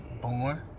born